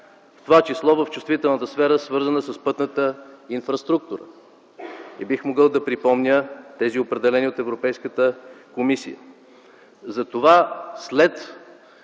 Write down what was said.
в т.ч. в чувствителната сфера, свързана с пътната инфраструктура. Бих могъл да припомня тези определения от Европейската комисия. Затова след